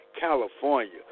California